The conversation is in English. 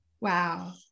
Wow